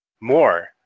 more